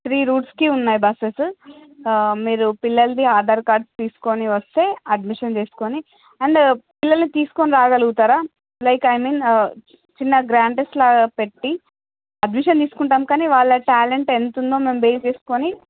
three రూట్స్కి ఉన్నాయి buses మీరు పిల్లలది ఆధార్ కార్డ్స్ తీసుకుని వస్తే అడ్మిషన్ చేసుకొని అండ్ పిల్లల్ని తీసుకొని రాగలుగుతారా లైక్ ఐ మీన్ చిన్న గ్రాండ్ టెస్ట్లాగ పెట్టి అడ్మిషన్ తీసుకుంటాం కానీ వాళ్ళ టాలెంట్ ఎంతుందో మేము బేస్ చేసుకుని